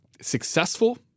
successful